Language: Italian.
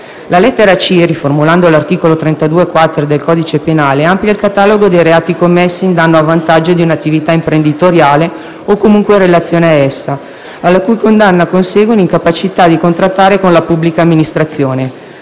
La lettera *c),* riformulando l'articolo 32-*quater* del codice penale, amplia il catalogo dei reati commessi in danno o a vantaggio di un'attività imprenditoriale (o comunque in relazione a essa), alla cui condanna consegue l'incapacità di contrattare con la pubblica amministrazione.